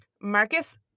Marcus